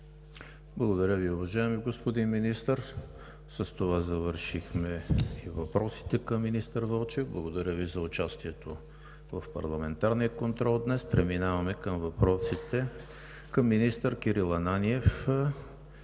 Благодаря Ви, уважаеми господин Министър. С това завършихме въпросите към министър Вълчев. Благодаря Ви за участието в парламентарния контрол днес. Преминаваме към въпросите към министър Кирил Ананиев.